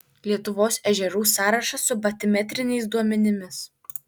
lietuvos ežerų sąrašas su batimetriniais duomenimis